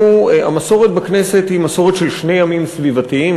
המסורת בכנסת היא מסורת של שני ימים סביבתיים.